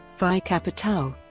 phi kappa tau,